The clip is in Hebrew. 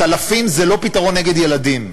צלפים זה לא פתרון נגד ילדים.